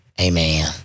Amen